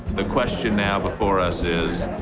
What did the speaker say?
the question now before us is